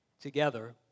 Together